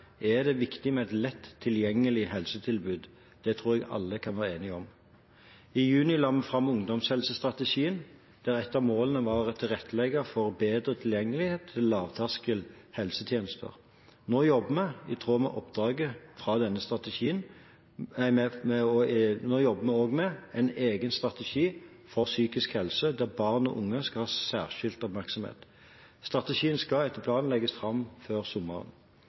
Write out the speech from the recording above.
er det viktig med et lett tilgjengelig helsetilbud. Det tror jeg alle kan være enige om. I juni la vi fram ungdomshelsestrategien, der et av målene er å tilrettelegge for bedre tilgjengelighet til lavterskel helsetjenester. Nå jobber vi også med en egen strategi for psykisk helse, der barn og unge skal ha særskilt oppmerksomhet. Strategien skal, etter planen, legges fram før sommeren.